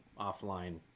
offline